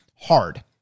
hard